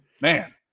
man